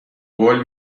قول